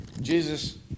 Jesus